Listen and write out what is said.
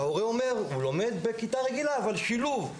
ההורה עונה שהוא לומד בכיתה רגילה אבל שילוב.